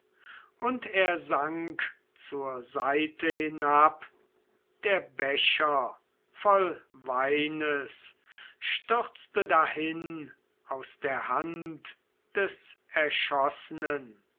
und er sank zur seite hinab der becher voll weines stürzte dahin aus der hand des erschossenen